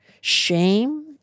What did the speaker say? shame